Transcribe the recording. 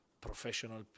professional